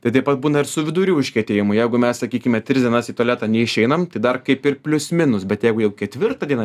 tai taip pat būna ir su vidurių užkietėjimu jeigu mes sakykime tris dienas į tualetą neišeinam tai dar kaip ir plius minus bet jeigu jau ketvirtą dieną